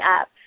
up